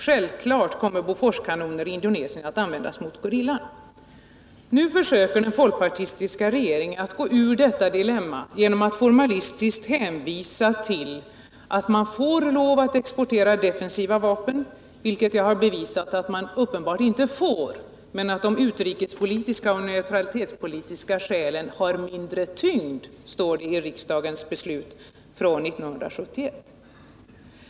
Självklart kommer Boforskanoner i Indonesien att användas mot gerillan.” Nu försöker den folkpartistiska regeringen att komma ur sitt dilemma genom att formalistiskt hänvisa till sin tolkning att man får lov att exportera defensiva vapen utan restriktioner, vilket jag i tidigare inlägg har visat att man uppenbart inte får. De utrikespolitiska och neutralitetspolitiska skälen har mindre tyngd, när det gäller defensiva vapen, står det i riksdagens beslut från 1971, inte att man får exportera defensiva vapen fritt.